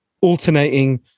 alternating